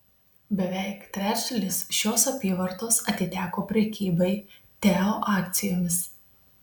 beveik trečdalis šios apyvartos atiteko prekybai teo akcijomis